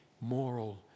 moral